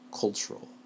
cultural